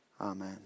amen